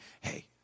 hey